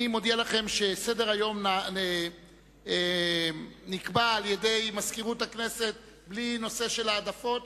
אני מודיע לכם שסדר-היום נקבע על-ידי מזכירות הכנסת בלי נושא של העדפות,